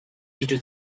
into